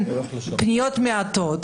אולי פניות מעטות,